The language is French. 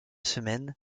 semaine